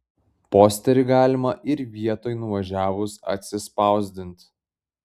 posterį galima ir vietoj nuvažiavus atsispausdint